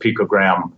picogram